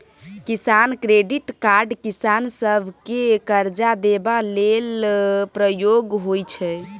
किसान credit card किसान सभकेँ करजा देबा लेल प्रयोग होइ छै